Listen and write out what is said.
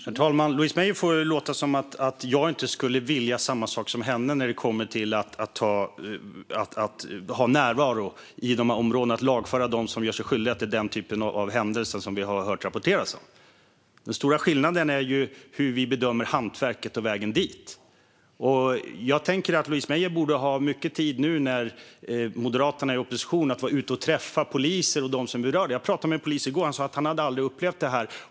Fru talman! Louise Meijer får det att låta som om jag inte skulle vilja detsamma som hon när det kommer till närvaro i de här områdena och att lagföra dem som gör sig skyldiga till den typ av händelser som vi har hört rapporteras om. Den stora skillnaden är hur vi bedömer hantverket och vägen dit. Jag tänker att Louise Meijer borde ha mycket tid att vara ute och träffa poliser och dem som är berörda nu när Moderaterna är i opposition. Jag pratade med en polis i går som sa att han aldrig hade upplevt det här.